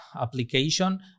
application